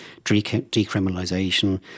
decriminalisation